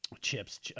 chips